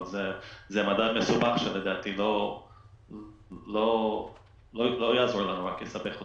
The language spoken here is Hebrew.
אבל זה מדד מסובך שלדעתי לא יעזור לנו אלא רק יסבך אותנו.